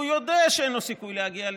הוא יודע שאין לו סיכוי להגיע לשם,